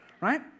right